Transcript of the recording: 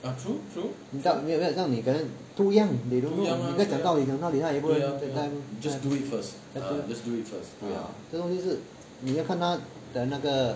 没没有你可能 too young they don't know 你跟他讲道理讲道理这个东西是你要看他的那个